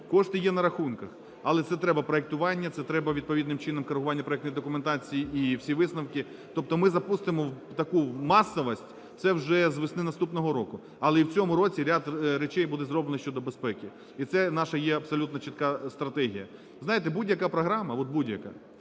Кошти є на рахунках, але це треба проектування, це треба відповідним чином керування проектної документації і всі висновки. Тобто ми запустимо в таку масовість це вже з весни наступного року. Але і в цьому році ряд речей буде зроблено щодо безпеки, і це наша є абсолютно чітка стратегія. Знаєте, будь-яка програма, будь-яка,